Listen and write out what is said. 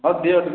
ହଉ ଦିଅ